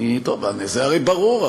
זה הרי ברור,